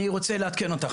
אני רוצה לעדכן אותךְ,